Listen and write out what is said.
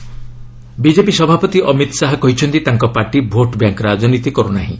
Amit Shah Auraiya BJP ସଭାପତି ଅମିତ ଶାହା କହିଛନ୍ତି ତାଙ୍କ ପାର୍ଟି ଭୋଟ୍ ବ୍ୟାଙ୍କ୍ ରାଜନୀତି କରୁନାହିଁ